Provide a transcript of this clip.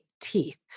teeth